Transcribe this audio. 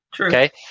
Okay